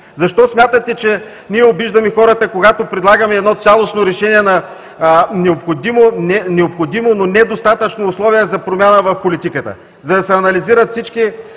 Защо смятате, че ние обиждаме хората, когато предлагаме едно цялостно решение на необходимо, но не достатъчно условие за промяна в политиката, за да се анализират всички